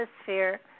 atmosphere